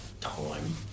time